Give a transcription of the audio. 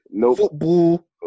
Football